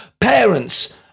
parents